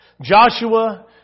Joshua